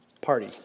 party